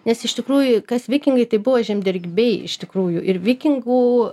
nes iš tikrųjų kas vikingai tai buvo žemdirbiai iš tikrųjų ir vikingų